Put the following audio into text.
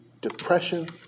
depression